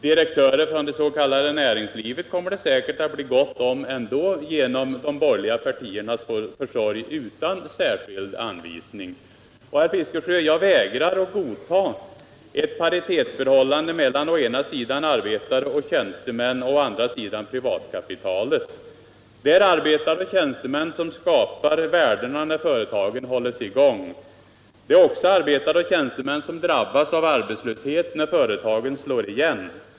Direktörer från det s.k. näringslivet kommer det säkert ändå att bli gott om genom de borgerliga partiernas försorg utan någon särskild anvisning. Jag vägrar, herr Fiskesjö, att godta ett paritetsförhållande mellan å ena sidan arbetare och tjänstemän och å andra sidan privatkapitalet. Det är arbetare och tjänstemän som skapar värdena när företagen hålls i gång, och det är också arbetare och tjänstemän som drabbas av arbetslöshet när företagen slår igen.